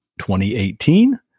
2018